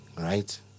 right